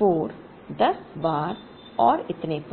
4 10 बार और इतने पर